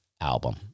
album